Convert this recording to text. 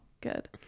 good